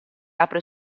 apre